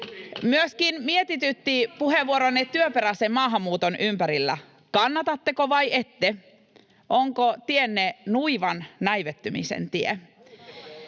Myöskin mietitytti puheenvuoronne työperäisen maahanmuuton ympärillä. Kannatatteko vai ette? Onko tienne nuivan näivettymisen tie?